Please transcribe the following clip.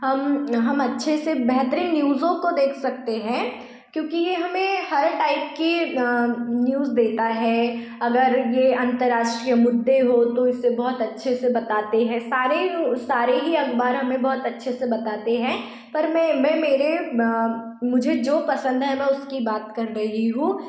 हम हम अच्छे से बेहतरीन न्यूजों को देख सकते है क्योंकि यह हमें हर टाइप की न्यूज़ देता है अगर यह अंतर्राष्ट्रीय मुद्दे हो तो इसे बहुत अच्छे से बताते हैं सारे उ सारे ही अखबार हमें बहुत अच्छे से बताते हैं पर मैं मैं मेरे मुझे जो पसंद है मैं उसकी बात कर रही हूँ